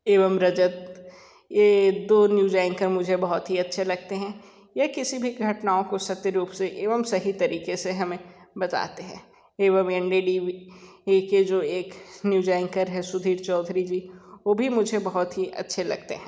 एवं रजत ये दो न्यूज एंकर मुझे बहुत ही अच्छे लगते हैं ये किसी भी घटनाओं को सत्य रूप से एवं सही तरीके से हमें बताते हैं एवं एन डी टी वी के जो एक न्यूज एंकर हैं सुधीर चौधरी जी वो भी मुझे बहुत ही अच्छे लगते हैं